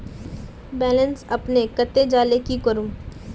Balance अपने कते जाले की करूम?